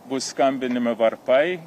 bus skambinimi varpai